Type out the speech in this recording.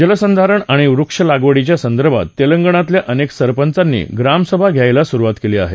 जलसंधारण आणि वृक्षलागवडीच्या संदर्भात तेंलगणातल्या अनेक सरपंचानी ग्रामसभा घ्यायला सुरुवात केली आहे